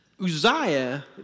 Uzziah